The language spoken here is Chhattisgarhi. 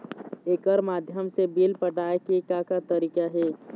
एकर माध्यम से बिल पटाए के का का तरीका हे?